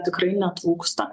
tikrai netrūksta